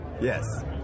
yes